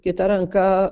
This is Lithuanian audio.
kita ranka